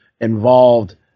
involved